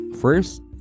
First